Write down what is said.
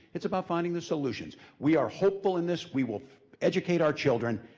it's about finding the solutions. we are hopeful in this, we will educate our children,